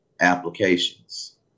applications